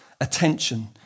attention